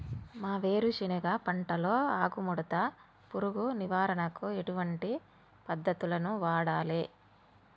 మా వేరుశెనగ పంటలో ఆకుముడత పురుగు నివారణకు ఎటువంటి పద్దతులను వాడాలే?